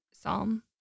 Psalm